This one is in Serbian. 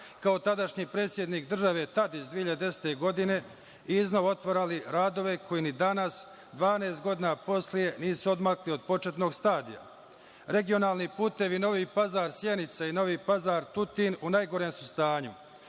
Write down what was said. kao tadašnji predsednik države Tadić 2010. godine, i iznova otvarali radove koji ni danas, 12 godina posle, nisu odmakli od početnog stadijuma. Regionalni putevi Novi Pazar - Sjenica i Novi Pazar – Tutin u najgorem su stanju,